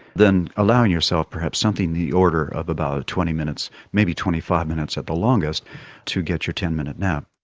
then allowing yourself perhaps something in the order of about twenty minutes, maybe twenty five minutes at the longest to get your ten minute nap.